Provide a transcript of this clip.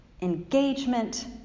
engagement